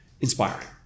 inspiring